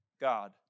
God